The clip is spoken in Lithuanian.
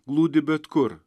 glūdi bet kur